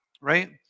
right